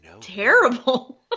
terrible